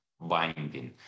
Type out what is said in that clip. binding